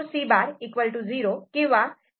C' 0 किंवा C